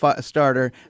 starter